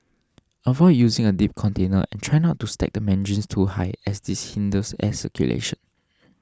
avoid using a deep container try not to stack the mandarins too high as this hinders air circulation